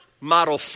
model